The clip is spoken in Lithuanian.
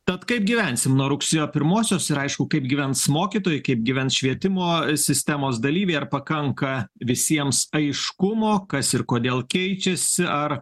tad kaip gyvensim nuo rugsėjo pirmosios ir aišku kaip gyvens mokytojai kaip gyvens švietimo sistemos dalyviai ar pakanka visiems aiškumo kas ir kodėl keičiasi ar